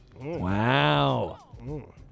Wow